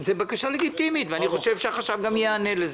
זו בקשה לגיטימית, ואני חושב שהחשב גם ייענה לה.